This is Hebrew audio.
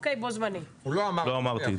לא אמרתי את זה.